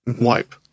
wipe